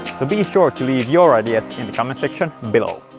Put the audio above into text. so be sure to leave your ideas in the comment-section below!